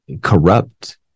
corrupt